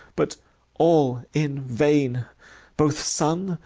but all in vain both sun,